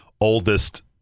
oldest